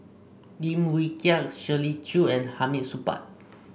Lim Wee Kiak Shirley Chew and Hamid Supaat